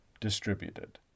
distributed